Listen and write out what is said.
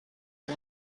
you